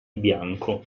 bianco